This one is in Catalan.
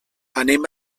anem